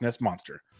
Monster